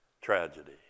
tragedy